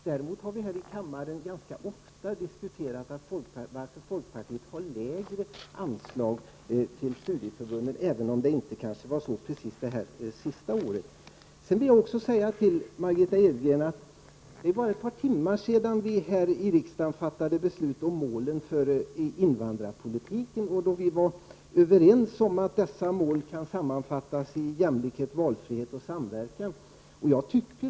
Däremot har vi här i kammaren ganska ofta diskuterat varför folkpartiet föreslår lägre anslag till studieförbunden, även om det inte precis har varit så under det senaste året. Det är bara ett par timmar sedan vi här i riksdagen fattade beslut om målen för invandrarpolitiken, Margitta Edgren. Vi var överens om att dessa mål kan sammanfattas i orden jämlikhet, valfrihet och samverkan.